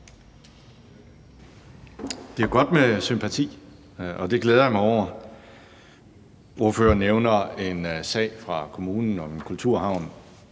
Det er jo godt med sympati, og det glæder jeg mig over. Ordføreren nævner en sag fra kommunen om en kulturhavn,